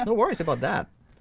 and worries about that.